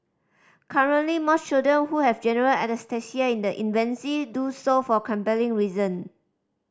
currently most children who have general anaesthesia in the infancy do so for compelling reason